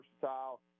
versatile